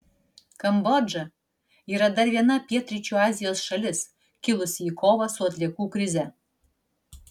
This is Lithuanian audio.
kambodža yra dar viena pietryčių azijos šalis kilusi į kovą su atliekų krize